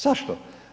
Zašto?